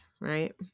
right